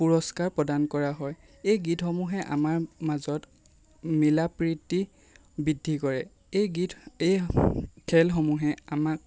পুৰস্কাৰ প্ৰদান কৰা হয় এই গীতসমূহে আমাৰ মাজত মিলাপ্ৰীতি বৃদ্ধি কৰে এই খেলসমূহে আমাক